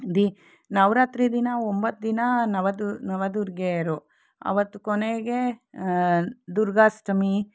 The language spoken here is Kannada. ದಿ ನವ್ರಾತ್ರಿ ದಿನ ಒಂಬತ್ತು ದಿನ ನವ ದು ನವದುರ್ಗೆಯರು ಆವತ್ತು ಕೊನೆಗೆ ದುರ್ಗಾಷ್ಟಮಿ